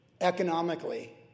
economically